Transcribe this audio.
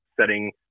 setting